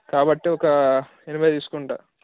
కాబట్టి ఒక ఎనభై తీసుకుంటా